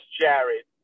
Jared